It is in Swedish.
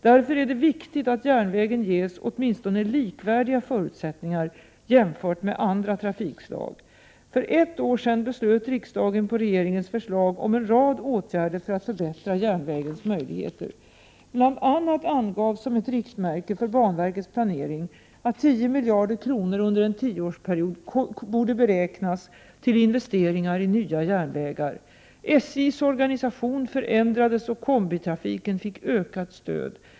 Därför är det viktigt att järnvägen ges åtminstone likvärdiga förutsättningar jämfört med andra trafikslag. För ett år sedan fattade riksdagen på regeringens förslag beslut om en rad åtgärder för att förbättra järnvägens möjligheter. Bl.a. angavs som ett riktmärke för banverkets planering att 10 miljarder kronor under en tioårsperiod borde beräknas till investeringar i nya järnvägar. SJ:s organisation förändrades, och kombitrafiken fick ökat stöd.